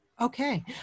Okay